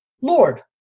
Lord